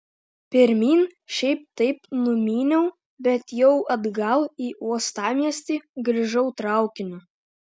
pirmyn šiaip taip numyniau bet jau atgal į uostamiestį grįžau traukiniu